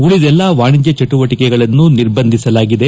ಉಳಿದೆಲ್ಲಾ ವಾಣಿಜ್ಯ ಚಿಟುವಟಿಕೆಗಳನ್ನು ನಿರ್ಬಂಧಿಸಲಾಗಿದೆ